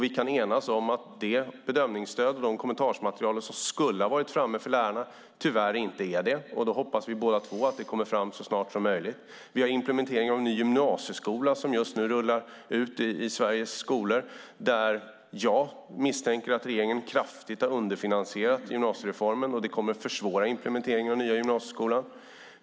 Vi kan enas om att det bedömningsstöd och de kommentarmaterial som skulle ha varit framme för lärarna tyvärr inte är det. Vi hoppas båda två att det kommer fram så snart som möjligt. Vi har implementeringen av en ny gymnasieskola som just nu rullar ut i Sveriges skolor. Jag misstänker att regeringen kraftigt har underfinansierat gymnasiereformen. Det kommer att försvåra implementeringen av den nya gymnasieskolan.